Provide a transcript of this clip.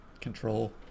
control